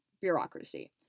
bureaucracy